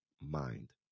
mind